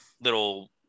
little